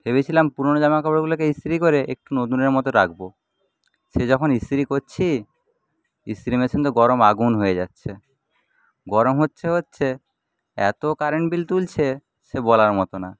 ভেবেছিলাম পুরোনো জামাকাপড়গুলোকে ইস্তিরি করে একটু নতুনের মতো রাখবো সে যখন ইস্তিরি করছি ইস্তিরি মেশিন তো গরম আগুন হয়ে যাচ্ছে গরম হচ্ছে হচ্ছে এত কারেন্ট বিল তুলছে সে বলার মতো না